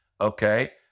okay